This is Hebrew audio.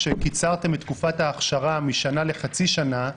שקיצרתם את תקופת האכשרה משנה לחצי שנה,